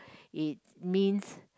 it means